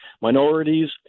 minorities